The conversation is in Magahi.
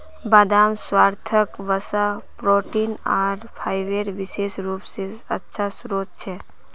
बदाम स्वास्थ्यवर्धक वसा, प्रोटीन आर फाइबरेर विशेष रूप स अच्छा स्रोत छ